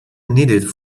needed